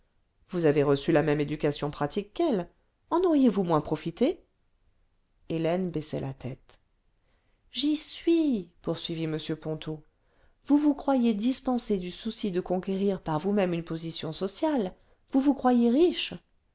vous avez reçu la même éducation pratique qu'elles en auriez-vous moins profité hélène baissait la tête le vingtième siècle j'y suis poursuivit m ponto vous vous croyez dispensée du souci de conquérir par vous-même une position sociale vous vous croyez riche